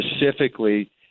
specifically